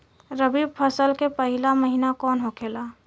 रबी फसल के पहिला महिना कौन होखे ला?